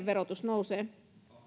verotus nousee